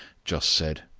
just said,